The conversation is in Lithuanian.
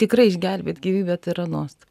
tikrai išgelbėt gyvybę tai yra nuostabu